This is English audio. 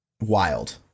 wild